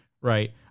Right